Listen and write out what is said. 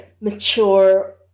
mature